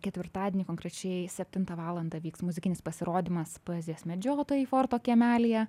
ketvirtadienį konkrečiai septintą valandą vyks muzikinis pasirodymas poezijos medžiotojai forto kiemelyje